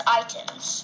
items